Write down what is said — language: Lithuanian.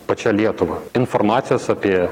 pačia lietuva informacijos apie